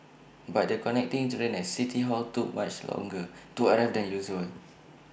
but the connecting train at city hall took much longer to arrive than usual